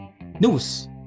news